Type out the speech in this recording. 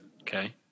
Okay